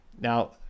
Now